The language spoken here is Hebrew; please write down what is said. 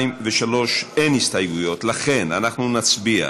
2 ו-3 אין הסתייגויות, לכן נצביע